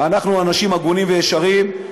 ואנחנו אנשים הגונים וישרים,